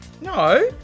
no